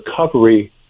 recovery